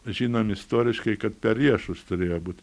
žinom istoriškai kad per riešus turėjo būt